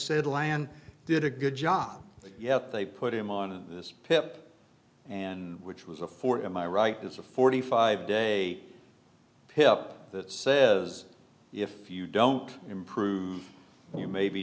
said land did a good job yet they put him on this pip and which was a four to my right is a forty five day pick up that says if you don't improve you may be